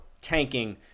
tanking